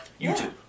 YouTube